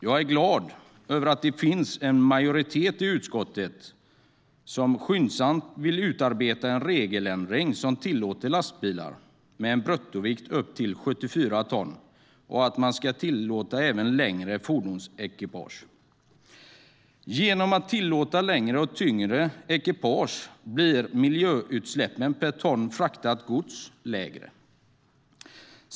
Jag är glad över att det finns en majoritet i utskottet som skyndsamt vill utarbeta en regeländring som tillåter lastbilar med en bruttovikt på upp till 74 ton och att man ska tillåta även längre fordonsekipage. Genom att tillåta längre och tyngre ekipage blir miljöutsläppen per ton fraktat gods lägre.